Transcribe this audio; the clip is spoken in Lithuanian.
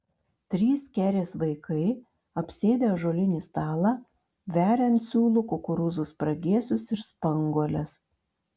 trys kerės vaikai apsėdę ąžuolinį stalą veria ant siūlų kukurūzų spragėsius ir spanguoles